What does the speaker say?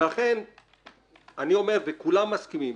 וכולם מסכימים,